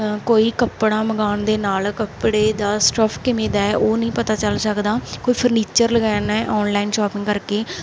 ਕੋਈ ਕੱਪੜਾ ਮੰਗਵਾਉਣ ਦੇ ਨਾਲ ਕੱਪੜੇ ਦਾ ਸਟਫ ਕਿਵੇਂ ਦਾ ਹੈ ਉਹ ਨਹੀਂ ਪਤਾ ਚੱਲ ਸਕਦਾ ਕੋਈ ਫਰਨੀਚਰ ਲਗਾਉਣਾ ਔਨਲਾਈਨ ਸ਼ੋਪਿੰਗ ਕਰਕੇ